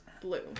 blue